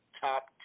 top